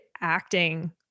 acting